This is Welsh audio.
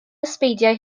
ysbeidiau